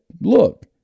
look